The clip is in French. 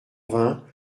vingt